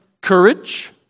courage